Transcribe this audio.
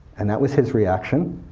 and that was his reaction.